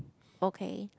okay